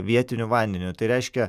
vietiniu vandeniu tai reiškia